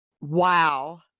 Wow